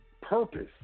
purpose